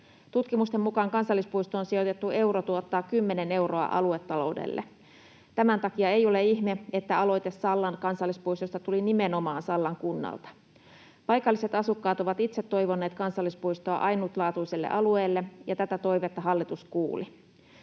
Tutkimusten mukaan kansallispuistoon sijoitettu euro tuottaa 10 euroa aluetaloudelle. Tämän takia ei ole ihme, että aloite Sallan kansallispuistosta tuli nimenomaan Sallan kunnalta. Paikalliset asukkaat ovat itse toivoneet kansallispuistoa ainutlaatuiselle alueelle, ja tätä toivetta hallitus kuuli.